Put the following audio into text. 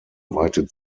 weitet